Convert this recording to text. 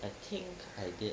I think I did uh